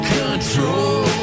control